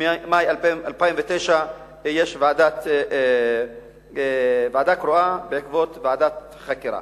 ממאי 2009 יש ועדה קרואה בעקבות ועדת חקירה.